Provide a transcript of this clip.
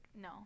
no